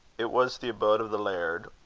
it was the abode of the laird,